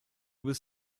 was